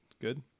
good